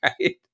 right